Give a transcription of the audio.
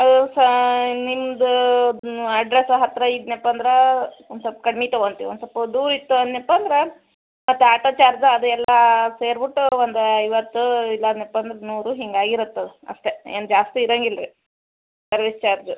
ಅ ಸಾ ನಿಮ್ದು ಅಡ್ರೆಸ್ ಹತ್ತಿರ ಇದ್ದನಪ್ಪ ಅಂದ್ರೆ ಒಂದು ಸ್ವಲ್ಪ ಕಡಿಮೆ ತಗೊಂತಿವಿ ಒಂದು ಸ್ವಲ್ಪ ದೂರ ಇತ್ತು ಅಂದ್ನೆಪ್ಪ ಅಂದ್ರೆ ಮತ್ತೆ ಆಟೋ ಚಾರ್ಜ್ ಅದೆಲ್ಲ ಸೇರಿ ಬಿಟ್ಟು ಒಂದು ಐವತ್ತು ಇಲ್ಲಾಂದ್ನೆಪ್ಪ ಅಂದ್ರೆ ನೂರು ಹಿಂಗೆ ಆಗಿ ಇರತ್ತೆ ಅದು ಅಷ್ಟೆ ಏನು ಜಾಸ್ತಿ ಇರಂಗಿಲ್ಲ ರೀ ಸರ್ವೀಸ್ ಚಾರ್ಜ್